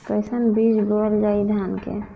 कईसन बीज बोअल जाई धान के?